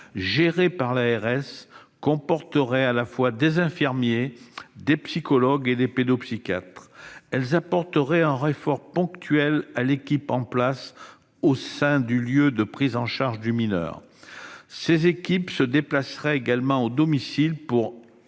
de santé (ARS) comporteraient à la fois des infirmiers, des psychologues et des pédopsychiatres. Elles apporteraient un renfort ponctuel à l'équipe en place au sein du lieu de prise en charge du mineur. Ces équipes se déplaceraient également au domicile pour faciliter